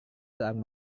seorang